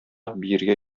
биергә